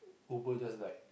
Uber just died